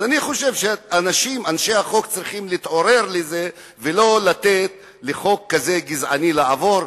אני חושב שאנשי החוק צריכים להתעורר לזה ולא לתת לחוק כזה גזעני לעבור,